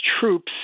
troops